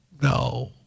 No